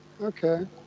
Okay